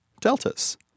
deltas